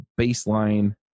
baseline